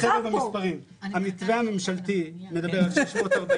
המתווה הממשלתי מדבר על 640